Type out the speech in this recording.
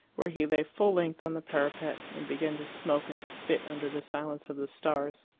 where he lay full length on the parapet, and began to smoke and spit under the silence of the stars.